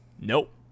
Nope